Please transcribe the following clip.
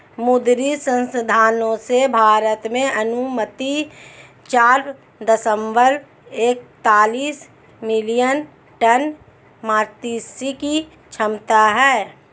मुद्री संसाधनों से, भारत में अनुमानित चार दशमलव एकतालिश मिलियन टन मात्स्यिकी क्षमता है